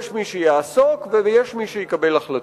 יש מי שיעסוק ויש מי שיקבל החלטות.